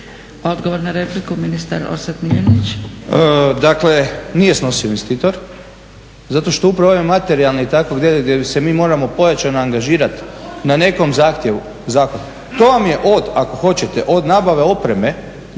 Odgovor na repliku, ministar Orsat Miljenić. **Miljenić, Orsat** Dakle nije snosio investitor zato što upravo ovaj materijalni gdje se mi moramo pojačano angažirat na nekom zahtjevu, zakon. To vam je od, ako hoćete od nabave opreme